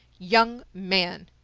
young man,